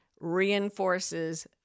reinforces